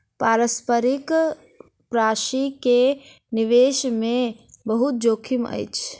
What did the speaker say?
पारस्परिक प्राशि के निवेश मे बहुत जोखिम अछि